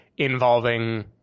involving